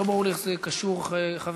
לא ברור לי איך זה קשור, חברתי,